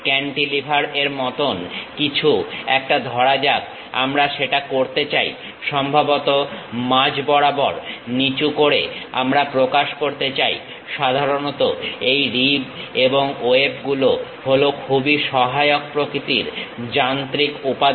cantilever এর মতন কিছু একটা ধরা যাক আমরা সেটা করতে চাই সম্ভবত মাঝ বরাবর নিচু করে আমরা প্রকাশ করতে চাই সাধারণত এই রিব এবং ওয়েব গুলো হলো খুবই সহায়ক প্রকৃতির যান্ত্রিক উপাদান